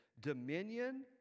dominion